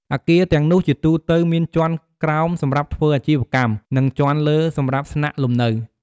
អគារទាំងនោះជាទូទៅមានជាន់ក្រោមសម្រាប់ធ្វើអាជីវកម្ម និងជាន់លើសម្រាប់ស្នាក់លំនៅ។